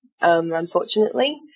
unfortunately